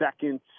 second